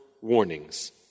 warnings